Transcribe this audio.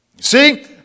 see